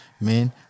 man